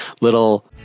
little